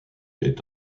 est